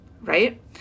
right